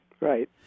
Right